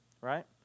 Right